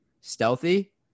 stealthy